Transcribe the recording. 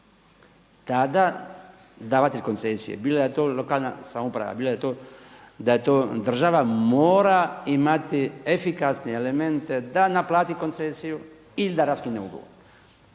Tada davatelj koncesije, bila je to lokalna samouprava, bila je to država mora imati efikasne elemente da naplati koncesiju ili da raskine ugovor.